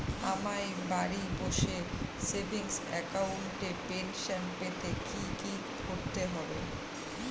আমায় বাড়ি বসে সেভিংস অ্যাকাউন্টে পেনশন পেতে কি কি করতে হবে?